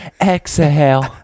exhale